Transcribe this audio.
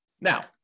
Now